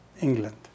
England